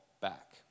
back